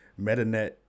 MetaNet